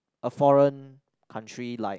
a foreign country like